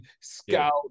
scout